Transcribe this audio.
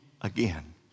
again